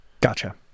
Gotcha